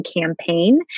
campaign